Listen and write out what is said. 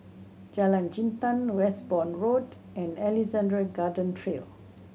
Jalan Jintan Westbourne Road and Alexandra Garden Trail